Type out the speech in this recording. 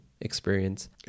experience